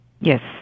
Yes